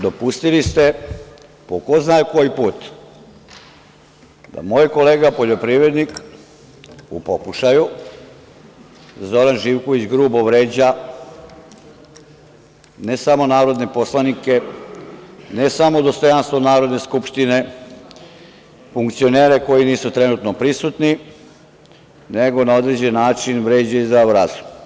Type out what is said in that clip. Dopustili ste po ko zna koji put da moj kolega poljoprivrednik u pokušaju, Zoran Živković, grubo vređa ne samo narodne poslanike, ne samo dostojanstvo Narodne skupštine, funkcionere koji nisu trenutno prisutni, nego na određen način vređa i zdrav razum.